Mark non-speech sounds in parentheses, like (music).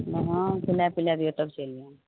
(unintelligible)